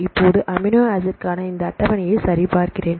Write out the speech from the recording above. இப்போது அமினோ ஆசிட்ற்கான இந்த அட்டவணையை சரிபார்க்கிறேன்